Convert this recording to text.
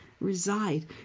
reside